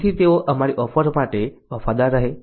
જેથી તેઓ અમારી ઓફર માટે વફાદાર રહે